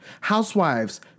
Housewives